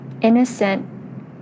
innocent